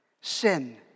sin